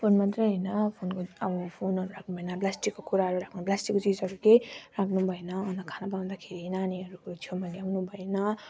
phone मात्रै होइन फोनको अब फोनहरू राख्नु भएन प्लास्टिकको कुराहरू राख्नु भएन प्लास्टिकको चिजहरू केही राख्नु भएन अन्त खाना पकाउँदाखेरि नानीहरू कोही छेउमा ल्याउनु भएन